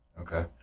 Okay